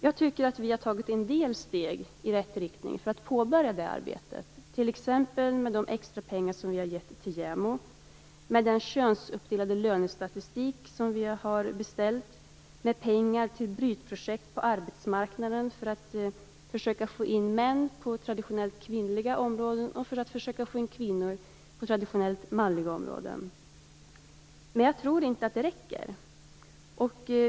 Jag tycker att vi har tagit en del steg i rätt riktning för att påbörja det arbetet, t.ex. genom de extrapengar som vi har gett till JämO, genom den könsuppdelade lönestatistik som vi har beställt och genom pengar till brytprojekt på arbetsmarknaden för att försöka få in män på traditionellt kvinnliga områden och för att försöka få in kvinnor på traditionellt manliga områden. Men jag tror inte att det räcker.